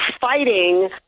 fighting